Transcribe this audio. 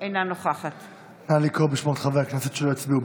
אינה נוכחת נא לקרוא בשמות חברי הכנסת שלא הצביעו,